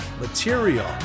material